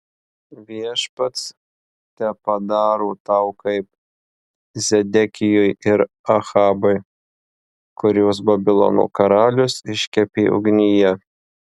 viešpats tepadaro tau kaip zedekijui ir ahabui kuriuos babilono karalius iškepė ugnyje